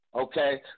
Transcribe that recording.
okay